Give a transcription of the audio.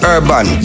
Urban